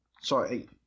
sorry